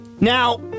Now